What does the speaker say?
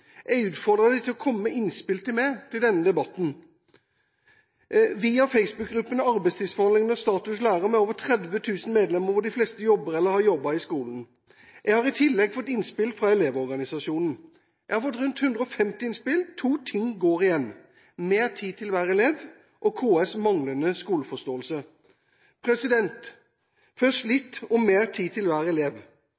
Jeg utfordret dem til å komme med innspill til meg til denne debatten via Facebook-gruppene Arbeidstidsforhandlingene og Status Lærer med over 30 000 medlemmer, hvor de fleste jobber eller har jobbet i skolen. Jeg har i tillegg fått innspill fra Elevorganisasjonen. Jeg har fått rundt 150 innspill, og to ting går igjen: mer tid til hver elev og KS’ manglende skoleforståelse.